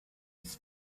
his